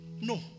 no